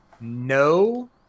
no